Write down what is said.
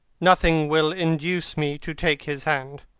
nothing will induce me to take his hand.